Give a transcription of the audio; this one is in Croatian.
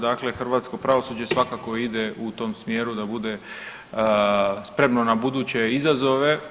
Dakle, hrvatsko pravosuđe svakako ide u tom smjeru da bude spremno na buduće izazove.